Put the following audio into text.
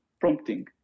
prompting